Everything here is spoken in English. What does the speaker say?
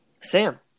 Sam